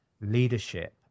leadership